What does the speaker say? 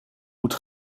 moet